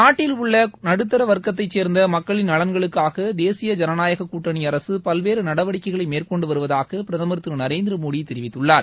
நாட்டில் உள்ள நடுத்தர வர்க்கத்தை சேர்ந்த மக்களின் நலன்களுக்காக தேசிய ஜனநாயக கூட்டணி அரசு பல்வேறு நடவடிக்கைகளை மேற்கொண்டு வருவதாக பிரதமர் திரு நரேந்திரமோடி தெரிவித்துள்ளார்